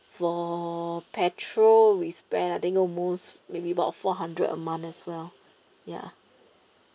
for petrol we spend I think uh most maybe about four hundred a month as well ya